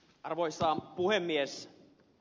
arvoisa puhemies